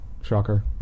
Shocker